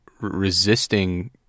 resisting